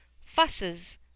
Fusses